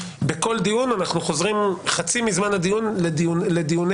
בכל דיון אנחנו חוזרים חצי מזמן הדיון לדיוני